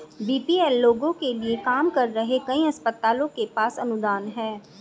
BPL लोगों के लिए काम कर रहे कई अस्पतालों के पास अनुदान हैं